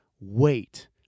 wait